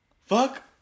fuck